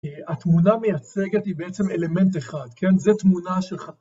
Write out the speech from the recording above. התמונה מייצגת היא בעצם אלמנט אחד, כן? זה תמונה של ח...